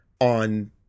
on